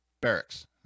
barracks